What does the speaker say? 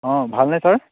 অঁ ভালনে ছাৰ